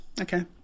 Okay